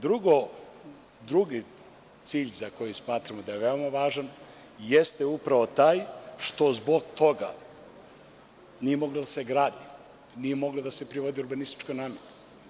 Drugi cilj za koji smatramo da je veoma važan jeste upravo taj što zbog toga nije moglo da se gradi, nije mogla da se privodi urbanistička namera.